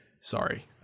sorry